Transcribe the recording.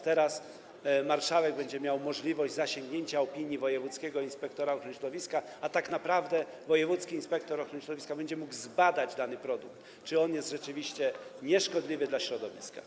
Teraz marszałek będzie miał możliwość zasięgnięcia opinii wojewódzkiego inspektora ochrony środowiska, a tak naprawdę wojewódzki inspektor ochrony środowiska będzie mógł zbadać dany produkt, czy rzeczywiście jest on nieszkodliwy dla środowiska.